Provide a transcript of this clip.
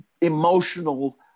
emotional